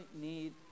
need